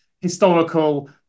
historical